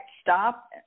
stop